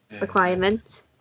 requirement